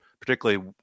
particularly